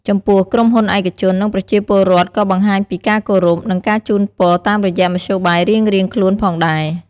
ចំពោះ ក្រុមហ៊ុនឯកជន និងប្រជាពលរដ្ឋក៏បង្ហាញពីការគោរព និងការជូនពរតាមរយៈមធ្យោបាយរៀងៗខ្លួនផងដែរ។